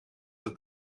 het